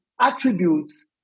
attributes